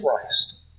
Christ